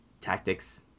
tactics